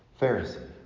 Pharisee